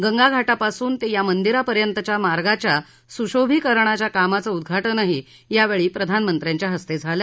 गंगाघाटापासून ते या मंदिरापर्यंतच्या मार्गाच्या सुशोभिकरणाच्या कामाचं उद्वाटनही यावेळी प्रधानमंत्र्यांच्या हस्ते झालं